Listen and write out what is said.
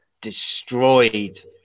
destroyed